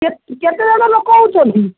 କେତ କେତେ ଜଣ ଲୋକ ହେଉଛନ୍ତି